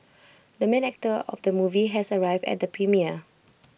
the main actor of the movie has arrived at the premiere